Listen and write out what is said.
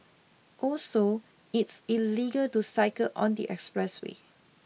also it's illegal to cycle on the expressway